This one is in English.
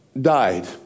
died